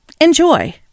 Enjoy